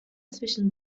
zwischen